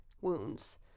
wounds